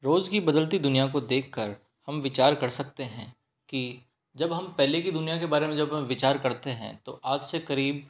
रोज़ की बदलती दुनिया को देख कर हम विचार कर सकते हैं की जब हम पहले की दुनिया के बारे में जब विचार करते हैं तो आज से करीब